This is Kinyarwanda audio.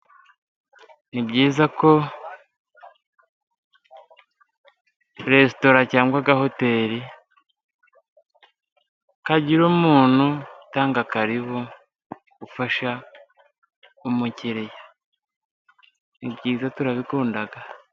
Nii byiza ko resitora cyangwa agahoteri, kagira umuntu utanga karibu, ufasha umukiriya. Ni byiza turabikunda.